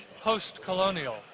post-colonial